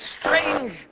strange